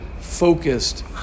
focused